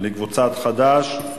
קבוצת חד"ש.